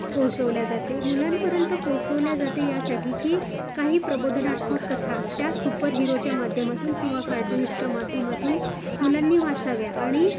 पोचवल्या जाते मुलांपर्यंत पोचवल्या जाते यासाठी की काही प्रबोधनात्मक कथा त्या सुपर हिरोच्या माध्यमातून किंवा कार्टुन्सच्या माध्यमातून मुलांनी वाचाव्या आणि